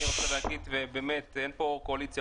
רוצה להגיד הוא באמת שאין פה קואליציה,